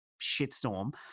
shitstorm